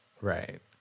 Right